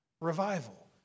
Revival